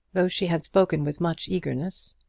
though she had spoken with much eagerness.